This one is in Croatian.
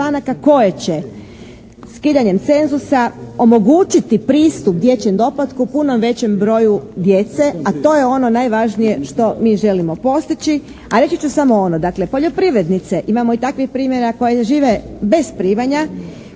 koje će skidanjem cenzusa omogućiti pristup dječjem doplatku puno većem broju djece, a to je ono najvažnije što mi želimo postići. A reći ću samo ovo. Dakle poljoprivrednice, imamo i takvih primjera koji žive bez primanja,